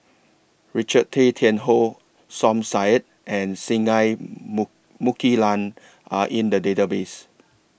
Richard Tay Tian Hoe Som Said and Singai Mukilan Are in The Database